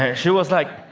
ah she was like,